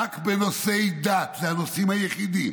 נושאי דת הם הנושאים היחידים